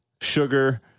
sugar